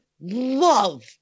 love